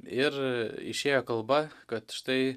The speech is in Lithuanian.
ir išėjo kalba kad štai